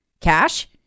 Cash